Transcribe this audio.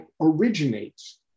originates